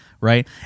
right